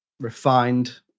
refined